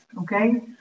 okay